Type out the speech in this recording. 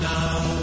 now